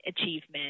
achievement